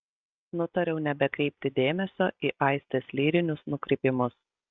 nutariau nebekreipti dėmesio į aistės lyrinius nukrypimus